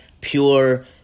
pure